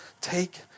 Take